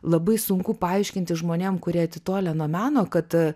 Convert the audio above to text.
labai sunku paaiškinti žmonėm kurie atitolę nuo meno kad